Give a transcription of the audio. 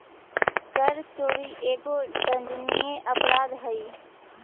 कर चोरी एगो दंडनीय अपराध हई